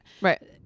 right